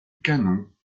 canon